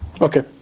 Okay